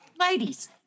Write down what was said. Ladies